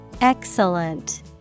Excellent